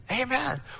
Amen